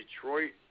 Detroit